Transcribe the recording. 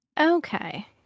Okay